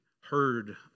heard